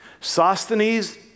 Sosthenes